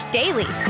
daily